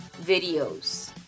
videos